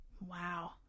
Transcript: Wow